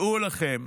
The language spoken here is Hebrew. דעו לכם